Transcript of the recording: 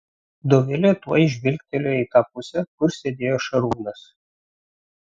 dovilė tuoj žvilgtelėjo į tą pusę kur sėdėjo šarūnas